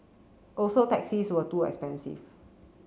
also taxis were too expensive